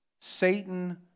Satan